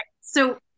So-